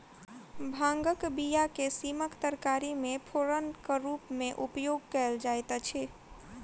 भांगक बीया के सीमक तरकारी मे फोरनक रूमे उपयोग कयल जाइत अछि